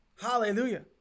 Hallelujah